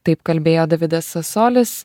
taip kalbėjo davidasas solis